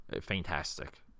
fantastic